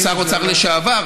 כשר אוצר לשעבר,